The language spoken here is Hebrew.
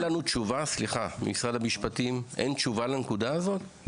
משרד המשפטים, אין תשובה לנקודה הזאת?